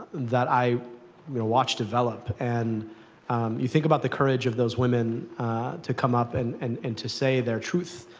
that i watched develop. and you think about the courage of those women to come up and and and to say their truth.